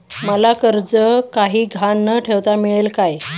मला कर्ज काही गहाण न ठेवता मिळेल काय?